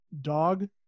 dog